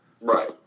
Right